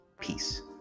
Peace